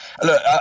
Look